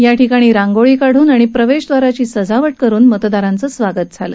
याठिकाणी रांगोळी काढून आणि प्रवेशद्वार सजावट करून मतदारांचे स्वागत झाले